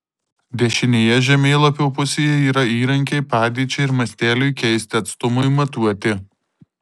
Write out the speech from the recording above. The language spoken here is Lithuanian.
dešinėje žemėlapio pusėje yra įrankiai padėčiai ir masteliui keisti atstumui matuoti